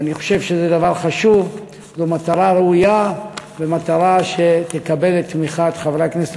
ואני בהחלט רואה בזה מטרה חשובה.